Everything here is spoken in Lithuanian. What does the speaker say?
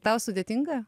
tau sudėtinga